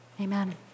Amen